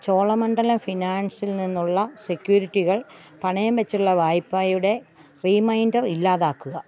ചോളമണ്ഡലം ഫിനാൻസിൽ നിന്നുള്ള സെക്യൂരിറ്റികൾ പണയംവച്ചുള്ള വായ്പയുടെ റീമൈൻഡർ ഇല്ലാതാക്കുക